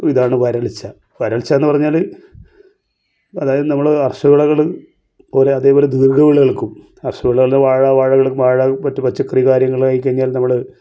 ഇതാണ് വരൾച്ച വരൾച്ചയെന്ന് പറഞ്ഞാൽ അതായത് നമ്മൾ കാർഷിക വിളകൾ അതേപോലെ ദീർഘ വിളകൾക്കും കാർഷിക വിളകളിൽ വാഴ വാഴകൾ വാഴ മറ്റ് പച്ചക്കറി കാര്യങ്ങൾ ആയി കഴിഞ്ഞാൽ നമ്മൾ